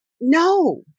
No